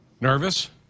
Nervous